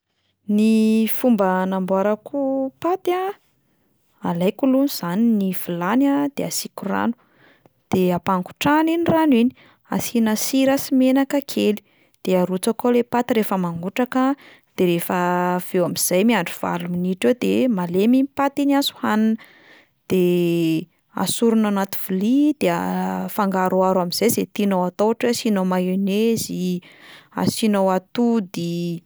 Ny fomba hanamboarako paty a, alaiko aloha zany ny vilany a de asiako rano, de ampangotrahana iny rano iny, asiana sira sy menaka kely, de arotsaka ao le paty rehefa mangotraka de rehefa avy eo amin'izay miandry valo minitra eo de malemy iny paty iny azo hohanina, de asorina anaty vilia de afangaroaro amin'izay zay tianao atao ohatra hoe asianao mayonnaise i, asianao atody.